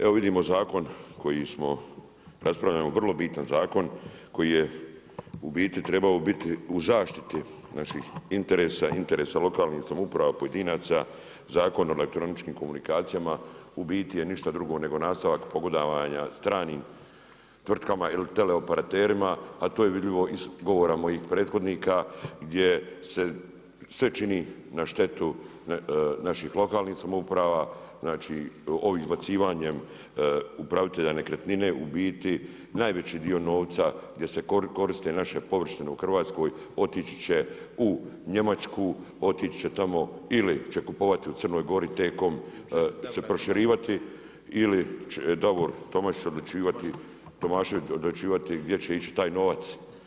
Evo vidimo zakon koji smo, raspravljamo vrlo bitan zakon koji je u biti trebao biti u zaštiti naših interesa, interesa lokalnih samouprava, pojedinaca, Zakon o elektroničkim komunikacijama, u biti je ništa drugo nego nastavak pogodovanja stranim tvrtkama ili teleoperaterima a to je vidljivo iz govora mojih prethodnika gdje se sve čini na štetu naših lokalnih samouprava, znači ovim izbacivanjem upravitelja nekretnine u biti najveći dio novca gdje se koriste naše površine u Hrvatskoj otići će u Njemačku, otići će tamo, ili će kupovati u Crnoj Gori, T-com se proširivati ili će Davor Tomašević odlučivati gdje će ići taj novac.